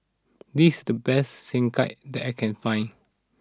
this's the best Sekihan that I can find